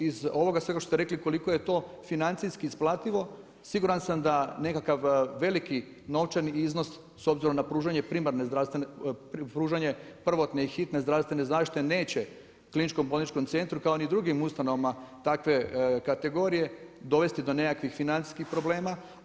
Iz ovoga svega što ste rekli koliko je to financijski isplativo siguran sam da nekakav veliki novčani iznos s obzirom na pružanje primarne zdravstvene, pružanje prvotne i hitne zdravstvene zaštite neće kliničkom bolničkom centru kao ni drugim ustanovama takve kategorije dovesti do nekakvih financijskih problema.